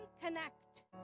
connect